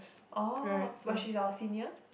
oh but she's our senior